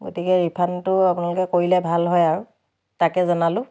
গতিকে ৰিফাণ্ডটো আপোনালোকে কৰিলে ভাল হয় আৰু তাকে জনালোঁ